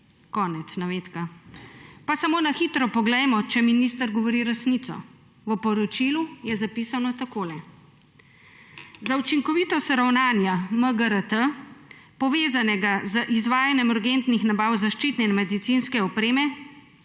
Konec navedka. Pa samo na hitro poglejmo, ali minister govori resnico. V poročilu je zapisano takole: »Za učinkovitost ravnanja MGRT, povezanega z izvajanjem urgentnih nabav zaščitne in medicinske opreme,